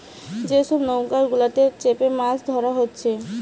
যে সব নৌকা গুলাতে চেপে মাছ ধোরা হচ্ছে